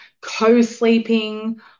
co-sleeping